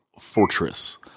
Fortress